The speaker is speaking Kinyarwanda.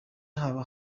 haba